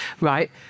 right